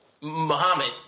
Muhammad